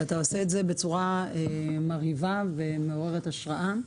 אתה עושה את זה בצורה מרהיבה ומעוררת השראה,